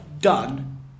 done